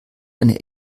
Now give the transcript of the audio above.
eine